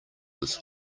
this